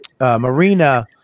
Marina